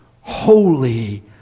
Holy